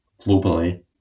globally